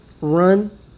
run